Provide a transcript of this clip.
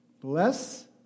Bless